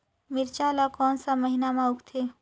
मिरचा ला कोन सा महीन मां उगथे?